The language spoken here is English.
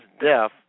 death